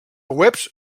webs